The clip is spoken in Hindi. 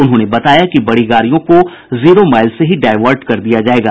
उन्होंने बताया कि बड़ी गाड़ियों को जीरो माइल से ही डायवर्ट कर दिया जायेगा